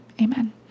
amen